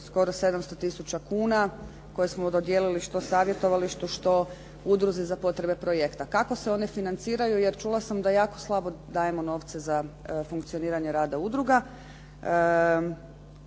skoro 700 tisuća kuna koje smo dodijelili što savjetovalištu što udruzi za potrebe projekta. Kako se one financiraju jer čula sam da jako slabo dajemo novce za funkcioniranje rada udruga.